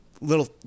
little